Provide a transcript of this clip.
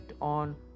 on